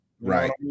Right